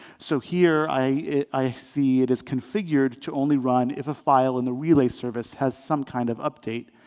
so here, i see it is configured to only run if a file and the relay service has some kind of update.